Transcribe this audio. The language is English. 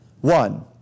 one